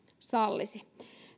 sallisi